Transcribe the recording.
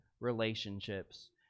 relationships